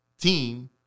team